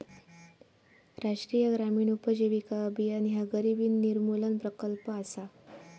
राष्ट्रीय ग्रामीण उपजीविका अभियान ह्या गरिबी निर्मूलन प्रकल्प असा